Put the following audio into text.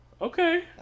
okay